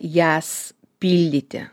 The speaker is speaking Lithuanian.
jas pildyti